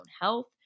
health